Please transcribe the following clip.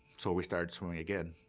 so we started swimming again.